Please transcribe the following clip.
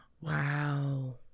Wow